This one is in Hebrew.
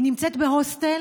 היא נמצאת בהוסטל.